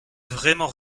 vraiment